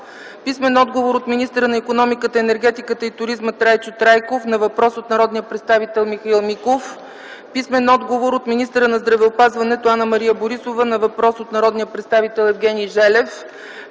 Иванов; - от министъра на икономиката, енергетиката и туризма Трайчо Трайков на въпрос от народния представител Михаил Миков; - от министъра на здравеопазването Анна-Мария Борисова на въпрос от народния представител Евгений Желев;